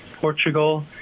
Portugal